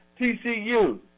TCU